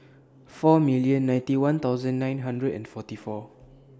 four million ninety one thousand nine hundred and forty four